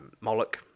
Moloch